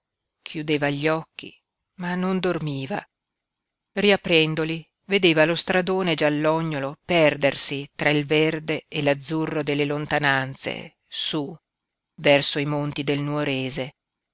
chiudeva gli occhi ma non dormiva riaprendoli vedeva lo stradone giallognolo perdersi tra il verde e l'azzurro delle lontananze su verso i monti del nuorese